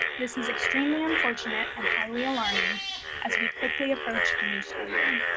this is extremely unfortunate and highly alarming as we quickly approach the new school year.